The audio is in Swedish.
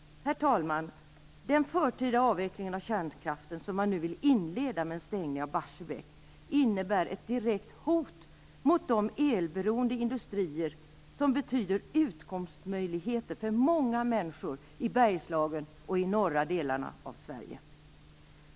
Herr talman! Den förtida avveckling av kärnkraften som man nu vill inleda med en stängning av Barsebäck innebär ett direkt hot mot de elberoende industrier som betyder utkomstmöjligheter för många människor i Bergslagen och i norra delarna av Sverige.